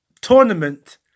tournament